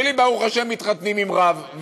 שלי ברוך השם מתחתנים עם רב,